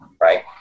right